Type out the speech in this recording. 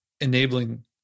enabling